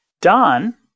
Don